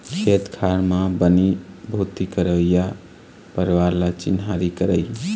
खेत खार म बनी भूथी करइया परवार ल चिन्हारी करई